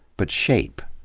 but shape.